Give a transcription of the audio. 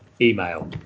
email